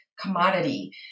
commodity